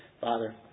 Father